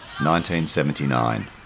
1979